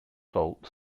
salt